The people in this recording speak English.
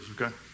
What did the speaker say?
okay